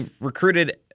recruited